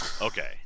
Okay